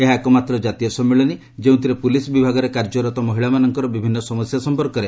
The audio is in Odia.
ଏହା ଏକମାତ୍ର ଜାତୀୟ ସମ୍ମିଳନୀ ଯେଉଁଥିରେ ପୁଲିସ୍ ବିଭାଗରେ କାର୍ଯ୍ୟରତ ମହିଳାମାନଙ୍କର ବିଭିନ୍ନ ସମସ୍ୟା ସମ୍ପର୍କରେ ଆଲୋଚନା କରାଯାଇଥାଏ